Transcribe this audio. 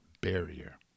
barrier